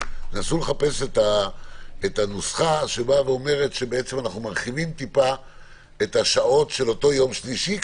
נסו לחפש את הנוסחה שתרחיב מעט את השעות של אותו יום שלישי,